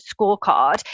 scorecard